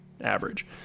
Average